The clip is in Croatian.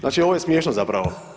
Znači ovo je smiješno zapravo.